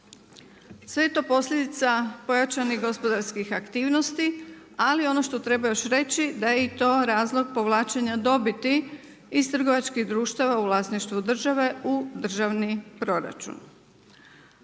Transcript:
je to posljedica pojačane gospodarskih aktivnosti, ali ono što treba još reći da je i to razlog povlačenja dobiti iz trgovačkih društava u vlasništvu države u državni proračun.